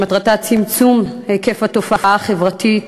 שמטרתה צמצום היקף התופעה החברתית